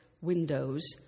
windows